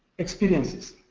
experiences.